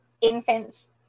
infants